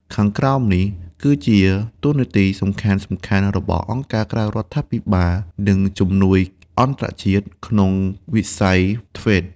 ខាងក្រោមនេះគឺជាតួនាទីសំខាន់ៗរបស់អង្គការក្រៅរដ្ឋាភិបាល និងជំនួយអន្តរជាតិក្នុងវិស័យ ធ្វេត TVET។